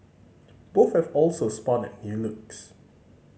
both have also spotted new looks